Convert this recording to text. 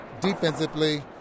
defensively